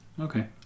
Okay